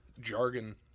jargon